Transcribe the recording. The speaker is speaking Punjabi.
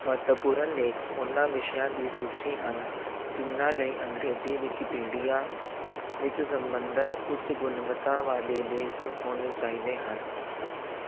ਮਹੱਤਵਪੂਰਨ ਲੇਖ ਉਨ੍ਹਾਂ ਵਿਸ਼ਿਆਂ ਦੀ ਸੂਚੀ ਹਨ ਜਿਨ੍ਹਾਂ ਲਈ ਅੰਗਰੇਜ਼ੀ ਵਿਕੀਪੀਡੀਆ ਵਿੱਚ ਸੰਬੰਧਿਤ ਉੱਚ ਗੁਣਵੱਤਾ ਵਾਲੇ ਲੇਖ ਹੋਣੇ ਚਾਹੀਦੇ ਹਨ